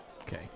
Okay